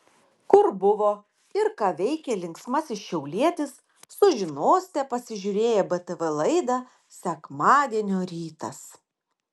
kur buvo ir ką veikė linksmasis šiaulietis sužinosite pasižiūrėję btv laidą sekmadienio rytas